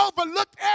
overlooked